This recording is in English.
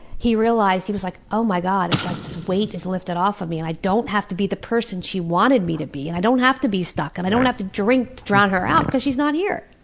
he realized, he was like, oh my god, like this weight is lifted off of me and i don't have to be the person she wanted me to be, and i don't have to be stuck. and i don't have to drink to drown her out because she's not here.